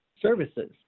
services